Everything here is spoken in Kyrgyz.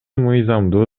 мыйзамдуу